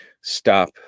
stop